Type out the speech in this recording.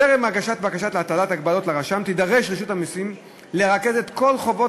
טרם הגשת בקשה להטלת הגבלות לרשם תידרש רשות המסים לרכז את כל חובות